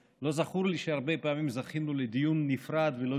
לא זכור לי שהרבה פעמים זכינו לדיון נפרד ולא